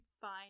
fine